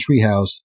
Treehouse